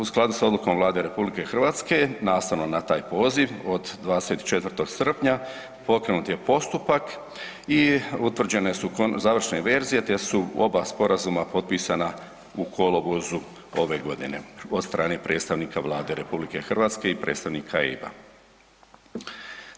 U skladu s odlukom Vlade RH, nastavno na taj poziv od 24. srpnja pokrenut je postupak i utvrđene su završne verzije, te su oba sporazuma potpisana u kolovozu ove godine od strane predstavnika Vlade RH i predstavnika EIB-a.